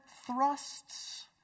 thrusts